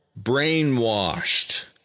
brainwashed